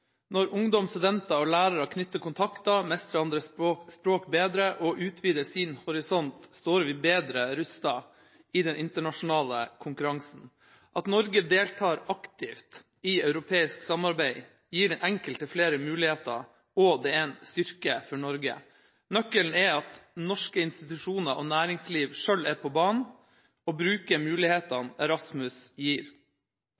Når ungdom, studenter og lærere knytter kontakter, mestrer andre språk bedre og utvider sin horisont, står vi bedre rustet i den internasjonale konkurransen. At Norge deltar aktivt i europeisk samarbeid, gir den enkelte flere muligheter, og det er en styrke for Norge. Nøkkelen er at norske institusjoner og norsk næringsliv selv er på banen og bruker